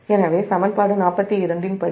எனவே δ δ2 வரை